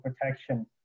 protection